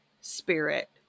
spirit